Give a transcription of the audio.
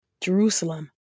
Jerusalem